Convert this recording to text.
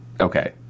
Okay